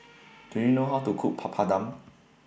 Do YOU know How to Cook Papadum